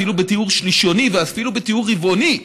אפילו בטיהור שלישוני ואפילו בטיהור רבעוני,